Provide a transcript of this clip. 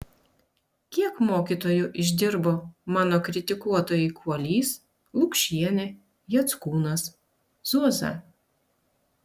kiek mokytoju išdirbo mano kritikuotojai kuolys lukšienė jackūnas zuoza